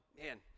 man